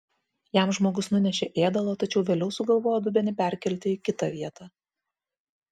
jam žmogus nunešė ėdalo tačiau vėliau sugalvojo dubenį perkelti į kitą vietą